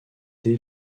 dès